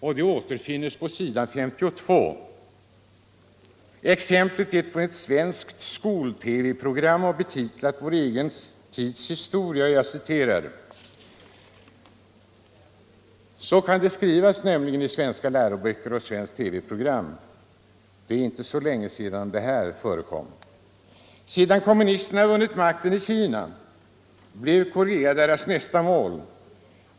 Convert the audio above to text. Exemplet finns på s. 52 och handlar om ett svenskt skol-TV program, betitlat Vår egen tids historia. Så kan det faktiskt skrivas i svenska läroböcker och framföras i svenska TV-program: ”Sedan kommunisterna vunnit makten i Kina, blev Korea deras nästa mål.